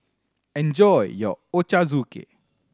enjoy your Ochazuke